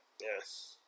yes